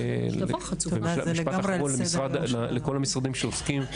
משפט אחרון לכל המשרדים שעוסקים,